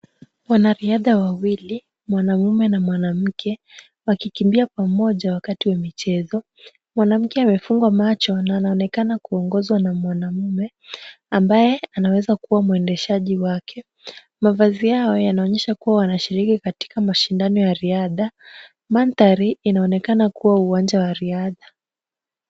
Wanariadha wawili, mwanamume na mwanamke wakikimbia pamoja wakati wa michezo, mwanamke amefungwa macho na anaonekana kuongozwa na mwanamume, ambaye anaweza kuwa mwendeshaji wake, mavazi yao yanaonyesha kuwa wanashiriki katika mashindano ya riadha, mandhari yanaonekana kuwa uwanja wa riadha.